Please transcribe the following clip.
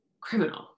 criminal